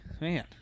man